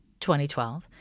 2012